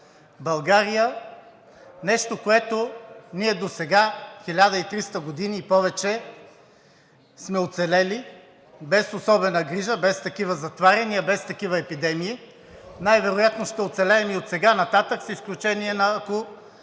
България – нещо, с което ние досега – 1300 години и повече, сме оцелели без особена грижа, без такива затваряния, без такива епидемии. Най-вероятно ще оцелеем и отсега нататък, освен ако